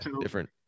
different